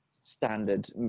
standard